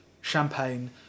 champagne